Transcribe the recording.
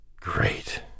Great